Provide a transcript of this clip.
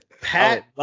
Pat